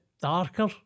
Darker